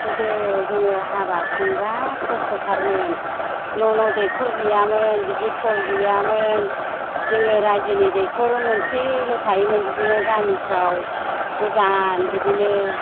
गोदो जोङो हाबा खुंब्ला खस्थ'थारमोन न' न' दैखर गैयामोन बिदि खल गैयामोन जोङो रायजोनि दैखर मोनसेल' थायोमोन बिदिनो गामिफ्राव गोजान बिदिनो